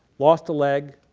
lost a leg,